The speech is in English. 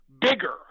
bigger